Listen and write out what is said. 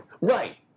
right